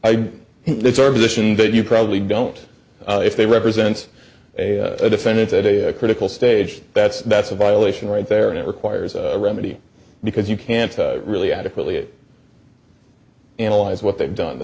position that you probably don't if they represent a defendant at a critical stage that's that's a violation right there and it requires a remedy because you can't really adequately analyze what they've done t